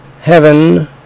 heaven